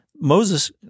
Moses